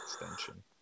extension